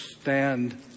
stand